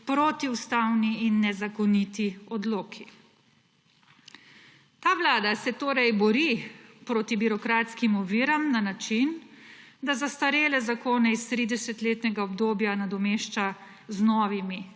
protiustavni in nezakoniti odloki. Ta vlada se torej bori proti birokratskim oviram na način, da zastarele zakone iz 30-letnega obdobja nadomešča z novimi več